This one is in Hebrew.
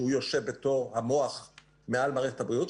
שהוא יושב בתור המוח מעל מערכת הבריאות,